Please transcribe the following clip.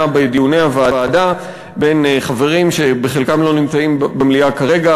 בדיוני הוועדה בין חברים שחלקם לא נמצאים במליאה כרגע,